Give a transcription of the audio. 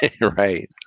Right